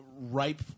ripe